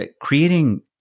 creating